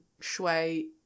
shui